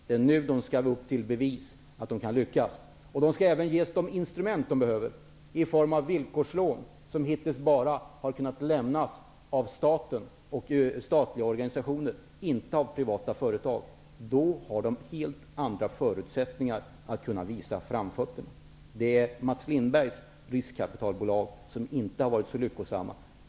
Det är nu de skall upp till bevis att de kan lyckas, och de skall även ges de instrument de behöver i form av villkorslån, som hittills bara har kunnat lämnas av staten och statliga organisationer, inte av privata företag. De kommer då att få helt andra förutsättningar att visa framfötterna. Mats Lindbergs riskkapitalbolag har inte varit så lyckosamma.